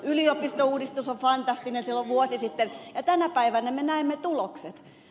yliopistouudistus oli fantastinen silloin vuosi sitten ja tänä päivänä me näemme tulokset